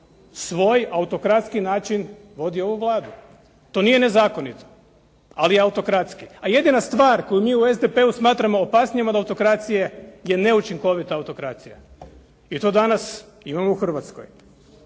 svoj autokratski način vodi ovu Vladu. To nije nezakonito, ali je autokratski. A jedina stvar koju mi u SDP-u smatramo opasnijom od autokracije je neučinkovita autokracija i to danas imamo u Hrvatskoj.